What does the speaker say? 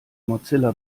mozilla